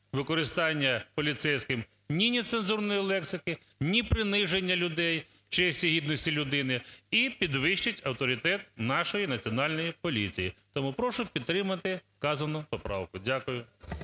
використання поліцейським ні нецензурної лексики, ні приниження людей, честі й гідності людини, і підвищить авторитет нашої Національної поліції. Тому прошу підтримати вказану поправку. Дякую.